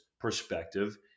perspective